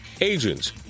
agents